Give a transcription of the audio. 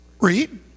read